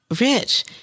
Rich